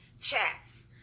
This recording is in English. chats